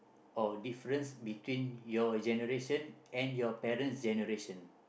or difference between your generation and your parent's generation